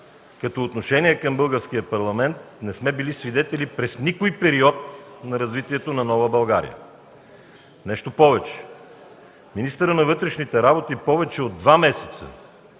като отношение към българския парламент, не сме били свидетели през никой период на развитието на нова България. Нещо повече, министърът на вътрешните работи повече от два месеца